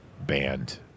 banned